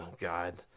God